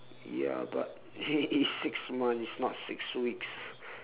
ya but eh it's six month it's not six weeks